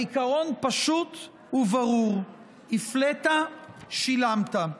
העיקרון הוא פשוט וברור: הִפְלֵיתָ שילמת.